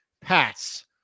pass